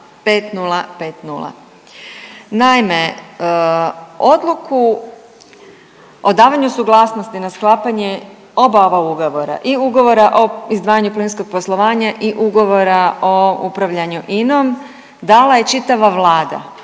Naime, odluku o davanju suglasnosti na sklapanje oba ova ugovora i ugovora o izdvajanju plinskog poslovanja i ugovora o upravljanju INA-om dala je čitava Vlada.